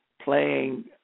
playing